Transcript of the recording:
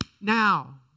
now